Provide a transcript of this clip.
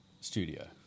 studio